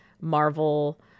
Marvel